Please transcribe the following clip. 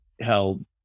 held